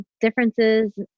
differences